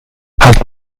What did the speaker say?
halt